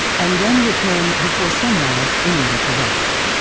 and then return before sunrise in order to rest.